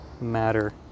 matter